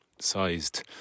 sized